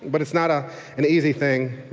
but it's not ah an easy thing,